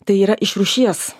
tai yra iš rūšies